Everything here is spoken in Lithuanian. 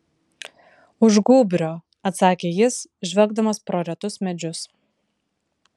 už gūbrio atsakė jis žvelgdamas pro retus medžius